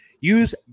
Use